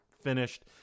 Finished